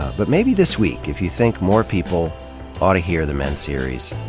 but maybe this week, if you think more people oughta hear the men series,